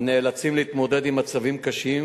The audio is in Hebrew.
הנאלצים להתמודד עם מצבים קשים,